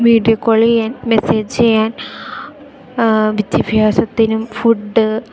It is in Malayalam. വീഡിയോ കോൾ ചെയ്യാൻ മെസ്സേജ് ചെയ്യാൻ വിദ്യാഭ്യാസത്തിനും ഫുഡ്